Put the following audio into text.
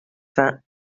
vingt